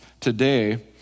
today